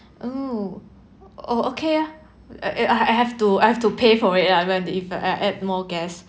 oh oh okay ah uh I I have to I have to pay for it ah if I if I add more guests